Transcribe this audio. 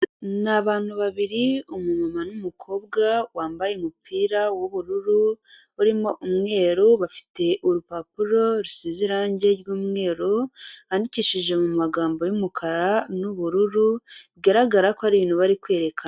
Ni abantu babiri, umumama n'umukobwa wambaye umupira w'ubururu urimo umweru, bafite urupapuro rusize irangi ry'umweru, rwandikishije mu mumagambo y'umukara n'ubururu, bigaragara ko hari ibintu bari kwerekana.